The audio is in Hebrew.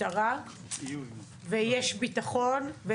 מירב בן ארי, יו"ר ועדת ביטחון פנים: